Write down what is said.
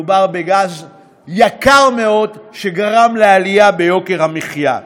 מדובר בגז יקר מאוד שגרם לעלייה ביוקר המחיה.